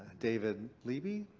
david lieby.